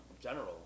general